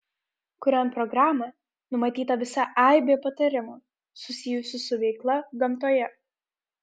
kuriant programą numatyta visa aibė patarimų susijusių su veikla gamtoje